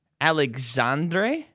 Alexandre